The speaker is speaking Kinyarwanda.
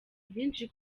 byinshi